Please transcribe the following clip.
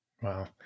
Wow